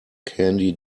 candy